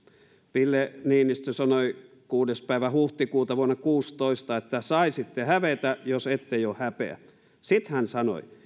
ville niinistö sanoi kuudes päivä huhtikuuta vuonna kuusitoista saisitte hävetä jos ette jo häpeä sitten hän sanoi